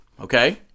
okay